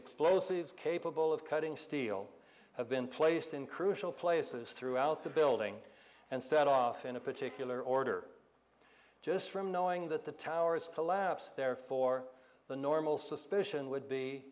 explosives capable of cutting steel have been placed in crucial places throughout the building and set off in a particular order just from knowing that the towers collapsed therefore the normal suspicion would be